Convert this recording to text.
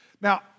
Now